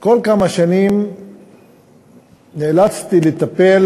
כל כמה שנים נאלצתי לטפל